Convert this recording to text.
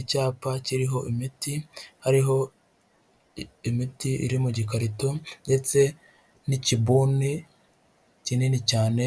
Icyapa kiriho imiti, hariho imiti iri mu gikarito ndetse n'ikibuni kinini cyane,